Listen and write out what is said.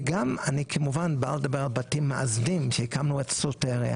וגם כמובן אני מדבר על בתים מאזנים כשהקמנו את סוטריה